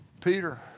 Peter